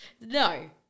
No